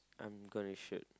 I'm gonna shoot